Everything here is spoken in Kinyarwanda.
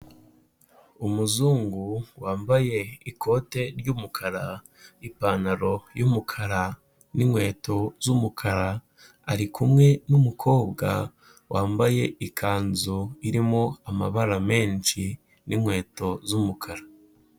Umuzungu wambaye ikote ry'umukara, ipantaro y'umukara n'inkweto z'umukara, ari kumwe n'umukobwa wambaye ikanzu irimo amabara menshi n'inkweto z'umukara.